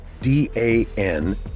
D-A-N